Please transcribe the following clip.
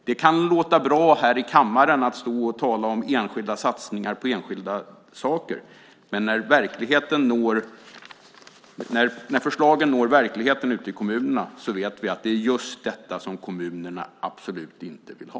Det kan låta bra här i kammaren när man står och talar om enskilda satsningar på enskilda saker. Men när förslagen når verkligheten ute i kommunerna vet vi att det är just detta som kommunerna absolut inte vill ha.